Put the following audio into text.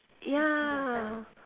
ya